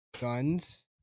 guns